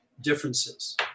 differences